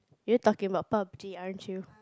you're talking about poverty aren't you